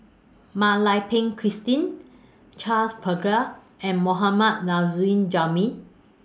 Mak Lai Peng Christine Charles Paglar and Mohammad Nurrasyid Juraimi